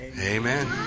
Amen